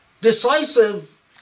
Decisive